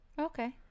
Okay